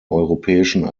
europäischen